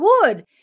good